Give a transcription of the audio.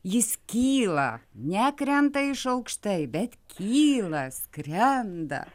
jis kyla ne krenta iš aukštai bet kyla skrenda